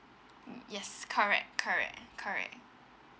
yes correct correct correct